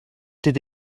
did